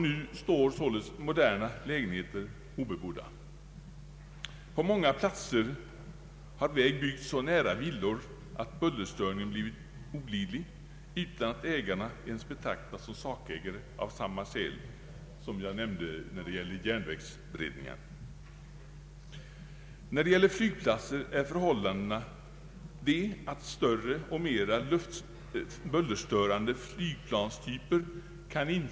Nu står således moderna lägenheter obebodda där. På många platser har väg byggts så nära villor att bullerstörningen blivit olidlig, utan att ägarna ens betraktats som sakägare av samma skäl som jag nämnde när det gällde järnvägsbreddningen. När det gäller flygplatser är förhållandena sådana, att större och mera bullerstörande flygplanstyper kan in Ang.